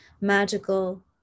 magical